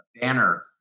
banner